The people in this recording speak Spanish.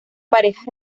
parejas